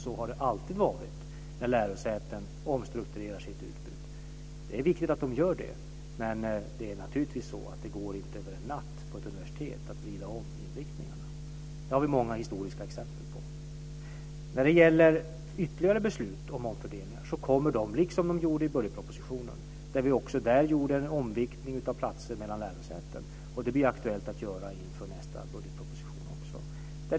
Så har det alltid varit när lärosäten omstrukturerar sitt utbud. Det är viktigt att de gör det, men det går naturligtvis inte över en natt för ett universitet att vrida om inriktningarna. Det har vi många historiska exempel på. Ytterligare beslut om omfördelningar kommer, liksom de gjorde i budgetpropositionen. Där gjorde vi en omviktning av platser mellan lärosäten, och det blir aktuellt att göra det inför nästa budgetproposition också.